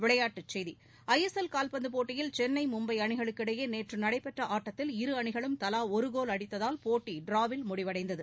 விளையாட்டு செய்தி I S L கால்பந்து போட்டியில் சென்னை மும்பை அணிகளுக்கிடையே நேற்று நடைபெற்ற ஆட்டத்தில் இரு அணிகளும் தலா ஒரு கோல் அடித்ததால் போட்டி டிராவில் முடிவடைந்தது